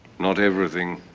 not everything.